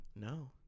No